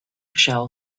shall